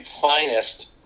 finest